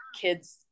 kids